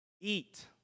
eat